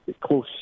close